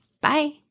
Bye